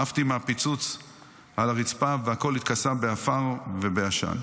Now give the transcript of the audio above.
עפתי מהפיצוץ על הרצפה, והכול התכסה באפר ובעשן.